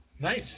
Nice